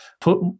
put